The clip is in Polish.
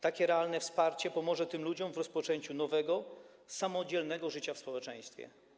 Takie realne wsparcie pomoże tym ludziom w rozpoczęciu nowego, samodzielnego życia w społeczeństwie.